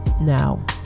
Now